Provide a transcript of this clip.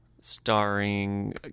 starring